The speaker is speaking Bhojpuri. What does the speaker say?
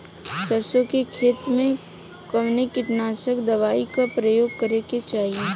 सरसों के खेत में कवने कीटनाशक दवाई क उपयोग करे के चाही?